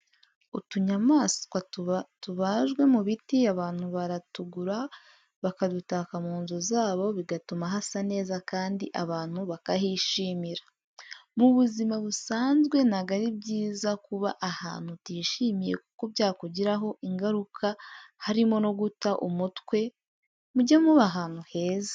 Utunyamaswa tubajwe mu biti abantu baratugura bakadutaka mu nzu zabo bigatuma hasa neza kandi abantu bakahishimira. Mu buzima busanzwe ntabwo ari byiza kuba ahantu utishimiye kuko byakugiraho ingaruka harimo no guta umutwe. Muge muba ahantu heza.